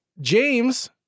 James